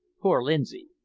poor lindsay!